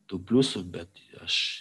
tų pliusų bet aš